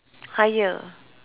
higher